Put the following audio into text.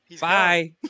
Bye